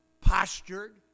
postured